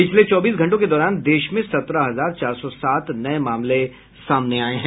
पिछले चौबीस घंटों के दौरान देश में सत्रह हजार चार सौ सात नये मामले सामने आये हैं